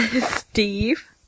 Steve